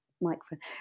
microphone